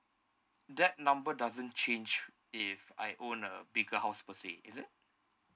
that number doesn't change if I own a bigger house per se is it